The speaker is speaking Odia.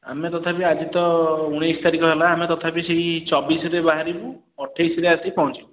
ଆମେ ତଥାପି ଆଜି ତ ଉଣେଇଶ ତାରିଖ ହେଲା ଆମେ ତଥାପି ସେହି ଚବିଶରେ ବାହାରିବୁ ଅଠେଇଶରେ ଆସି ପହଁଚିବୁ